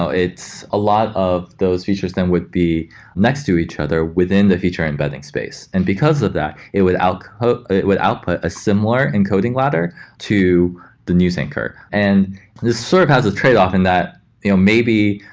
so it's a lot of those features then would be next to each other within the feature embedding space. and because of that, it would output would output a similar encoding ladder to the news anchor. and this sort of has a trade-off and that you know maybe,